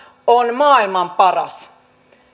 on maailman paras